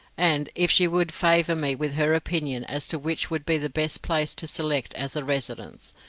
and if she would favour me with her opinion as to which would be the best place to select as a residence,